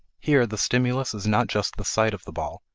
here the stimulus is not just the sight of the ball,